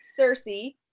Cersei